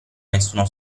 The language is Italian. nessuno